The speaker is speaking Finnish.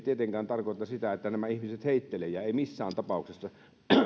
tietenkään tarkoita sitä että nämä ihmiset heitteille jäävät ei missään tapauksessa